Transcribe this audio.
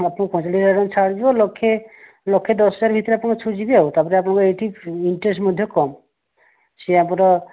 ଆପଣଙ୍କର ପଇଁଚାଳିଶ ହଜାର ଟଙ୍କା ଛାଡ଼ ହେଇଯିବ ଲକ୍ଷେ ଲକ୍ଷେ ଦଶ ହଜାର ଭିତରେ ଆପଣ ସୁଝିବେ ଆଉ ତାପରେ ଆପଣଙ୍କର ଏଇଠି ଇଣ୍ଟରେଷ୍ଟ ମଧ୍ୟ କମ୍ ସେ ଆମର